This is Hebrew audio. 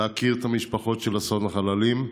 להכיר את המשפחות של אסון המסוקים.